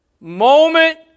moment